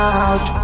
out